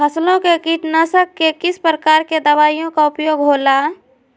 फसलों के कीटनाशक के किस प्रकार के दवाइयों का उपयोग हो ला?